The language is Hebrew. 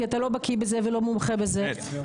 כי אתה לא בקי בזה ולא מומחה בזה --- אמת.